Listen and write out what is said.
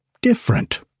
different